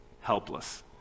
helpless